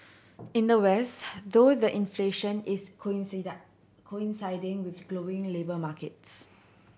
in the West though the inflation is coinciding with glowing labour markets